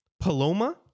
Paloma